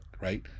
right